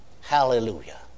Hallelujah